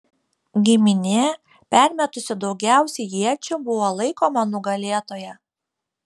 giminė permetusi daugiausiai iečių buvo laikoma nugalėtoja